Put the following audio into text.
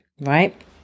right